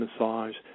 massage